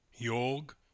Jorg